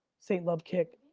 saint love kick,